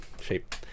shape